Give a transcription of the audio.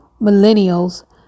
Millennials